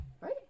Right